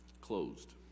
closed